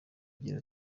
agira